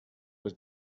was